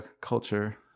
culture